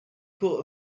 court